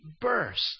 burst